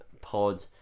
pod